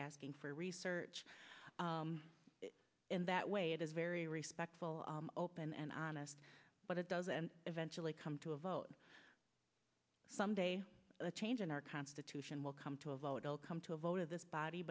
asking for research in that way it is very respectful open and honest but it does and eventually come to a vote someday a change in our constitution will come to a vote will come to a vote of this body